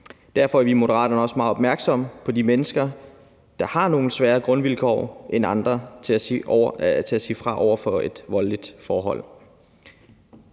Derfor er vi i Moderaterne også meget opmærksomme på de mennesker, der har nogle sværere grundvilkår end andre for at sige fra over for et voldeligt forhold.